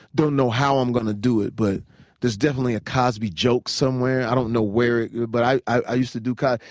don't know how i'm gonna do it but there's definitely a cosby joke somewhere. i don't know where. yeah but i i used to do cosby.